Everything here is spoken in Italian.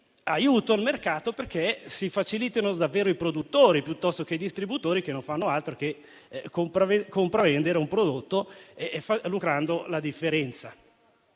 all'aiuto al mercato, perché si facilitano davvero i produttori piuttosto che i distributori, i quali non fanno altro che commercializzare un prodotto, lucrando la differenza.